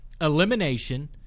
elimination